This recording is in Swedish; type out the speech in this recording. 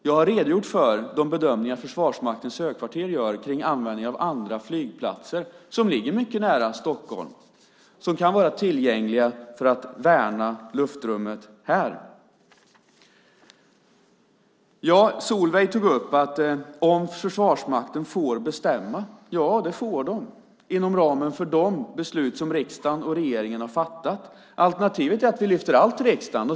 Jag har redogjort för de bedömningar Försvarsmaktens högkvarter gör kring användning av andra flygplatser som ligger mycket nära Stockholm och som kan vara tillgängliga för att värna luftrummet här. Solveig använde formuleringen "om Försvarsmakten får bestämma". Ja, det får de, inom ramen för de beslut som riksdagen och regeringen har fattat. Alternativet är att vi lyfter upp alla frågor till riksdagen.